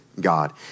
God